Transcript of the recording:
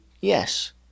yes